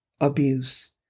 abuse